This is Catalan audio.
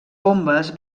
bombes